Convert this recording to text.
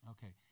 Okay